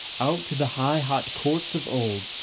out to the high hot courts of old,